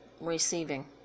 receiving